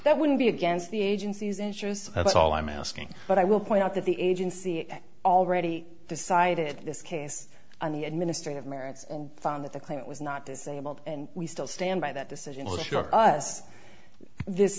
that would be against the agency's interests that's all i'm asking but i will point out that the agency already decided this case on the administrative merits and found that the client was not disabled and we still stand by that decision